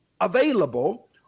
available